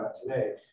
today